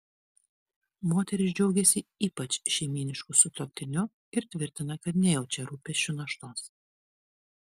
moteris džiaugiasi ypač šeimynišku sutuoktiniu ir tvirtina kad nejaučia rūpesčių naštos